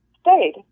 stayed